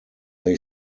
they